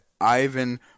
Ivan